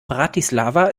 bratislava